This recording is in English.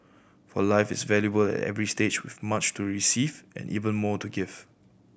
for life is valuable at every stage with much to receive and even more to give